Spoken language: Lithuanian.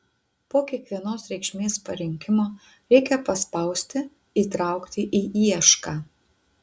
po kiekvienos reikšmės parinkimo reikia paspausti įtraukti į iešką